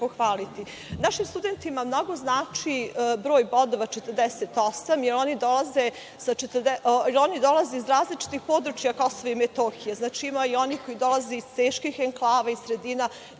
studentima mnogo znači broj bodova 48 i oni dolaze iz različitih područja KiM, znači ima i onih koji dolaze iz teških enklava i sredina,